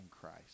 Christ